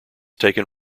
taken